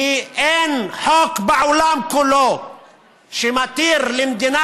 כי אין חוק בעולם כולו שמתיר למדינה